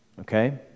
Okay